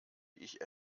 ich